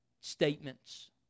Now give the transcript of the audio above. statements